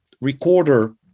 recorder